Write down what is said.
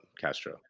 Castro